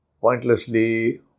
pointlessly